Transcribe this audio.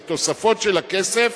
את התוספות של הכסף,